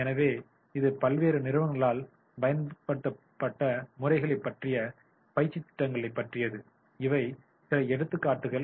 எனவே இது பல்வேறு நிறுவனங்களால் பயன்படுத்தப்பட்ட முறைகள் பற்றிய பயிற்சித் திட்டங்களைப் பற்றியது இவை சில எடுத்துக்காட்டுகள்